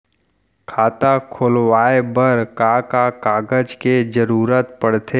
खाता खोलवाये बर का का कागज के जरूरत पड़थे?